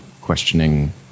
questioning